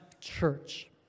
church